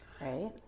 Right